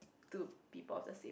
to people of the same